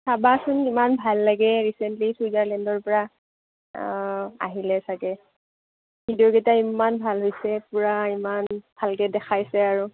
চাবাচোন ইমান ভাল লাগে ৰিচেণ্টলি চুইজাৰলেণ্ডৰপৰা আহিলে ছাগে ভিডিঅ'কেইটা ইমান ভাল হৈছে পুৰা ইমান ভালকৈ দেখাইছে আৰু